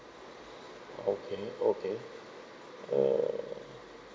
okay okay err